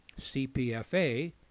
CPFA